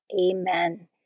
Amen